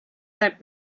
had